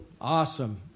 Awesome